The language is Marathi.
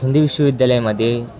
हिंदी विश्वविद्यालयामध्ये